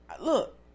look